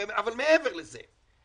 אבל מעבר לזה,